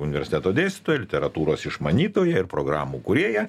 universiteto dėstytoja ir literatūros išmanytoja ir programų kūrėja